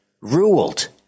ruled